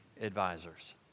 advisors